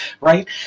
right